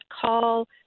call